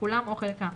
כולם או חלקם,